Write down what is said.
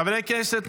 חברי הכנסת,